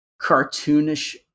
cartoonish